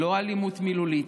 לא אלימות מילולית,